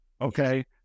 okay